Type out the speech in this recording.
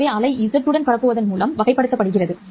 எனவே அலை z உடன் பரப்புவதன் மூலம் வகைப்படுத்தப்படுகிறது